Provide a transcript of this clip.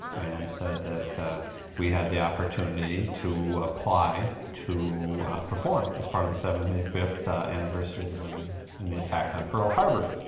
and said that we had the opportunity to apply to perform as part of the seventy fifth anniversary of the bombing and the attack on pearl harbor.